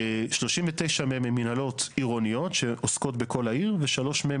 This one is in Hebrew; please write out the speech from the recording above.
39 מהן הן מינהלות עירוניות שעוסקות בכל העיר ושלוש מהן